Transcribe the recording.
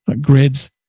grids